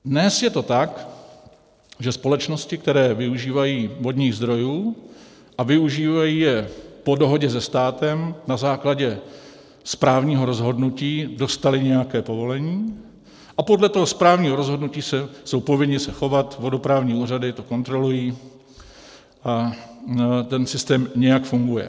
Dnes je to tak, že společnosti, které využívají vodních zdrojů a využívají je po dohodě se státem, na základě správního rozhodnutí dostaly nějaké povolení a podle toho správního rozhodnutí jsou povinny se chovat, vodoprávní úřady to kontrolují a ten systém nějak funguje.